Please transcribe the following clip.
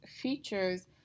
features